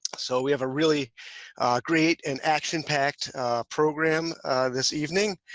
so we have a really great and action packed program this evening.